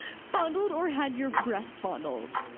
fondled or had your breasts fondled.